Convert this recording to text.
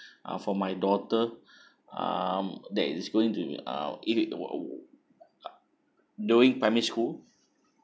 uh for my daughter um that is going to uh uh during primary school